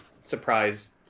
surprised